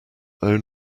own